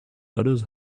others